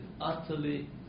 utterly